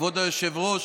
כבוד היושב-ראש,